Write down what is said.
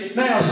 now